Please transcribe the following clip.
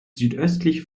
südöstlich